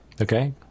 Okay